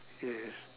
okay